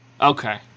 okay